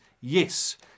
yes